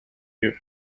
you